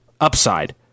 upside